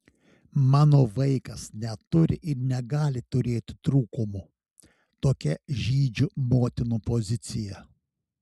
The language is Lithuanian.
mano vaikas neturi ir negali turėti trūkumų tokia žydžių motinų pozicija